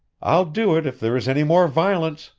i'll do it if there is any more violence!